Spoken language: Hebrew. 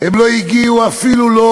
הם אפילו לא